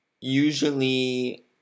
usually